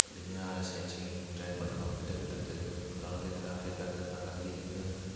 बिदिनो आरो साइटिं ड्राइभार थाबा गोदोर गेदेर ट्रेनफ्राव लेथ्रा थै गारगोन मागोन बिदिनो